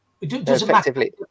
effectively